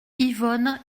yvonne